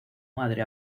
madre